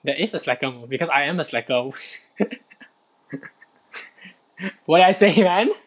there is a slacker because I am the slacker what did I say man